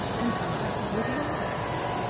and i were the audience.